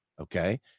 Okay